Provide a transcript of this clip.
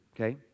okay